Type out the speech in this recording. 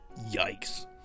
Yikes